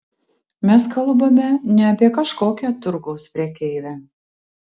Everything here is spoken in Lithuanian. mes kalbame ne apie kažkokią turgaus prekeivę